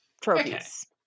trophies